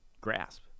grasp